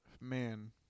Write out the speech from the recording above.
Man